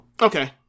Okay